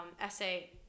essay